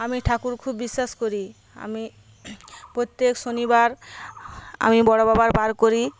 আমি ঠাকুর খুব বিশ্বাস করি আমি প্রত্যেক শনিবার আমি বড়ো বাবার বার করি